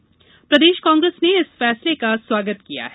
वहीं प्रददेश कांग्रेस ने इस फैसले का स्वागत किया है